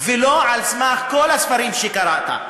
ולא על סמך כל הספרים שקראת.